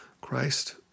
Christ